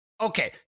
Okay